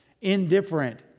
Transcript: indifferent